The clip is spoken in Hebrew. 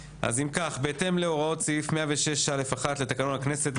בהתאם להוראות סעיף 106(א)(1) לתקנון הכנסת,